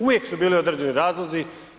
Uvijek su bili određeni razlozi.